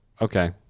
Okay